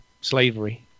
Slavery